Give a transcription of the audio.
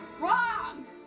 wrong